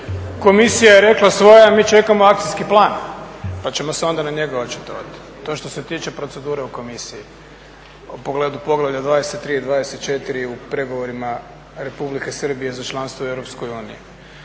Komisija je rekla svoje, a mi čekamo akcijski plan pa ćemo se onda na njega očitovati. To je što se tiče procedure u komisiji u pogledu poglavlja 23 i 24 u pregovorima Republike Srbije za članstvo u Europskoj uniji.